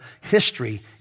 history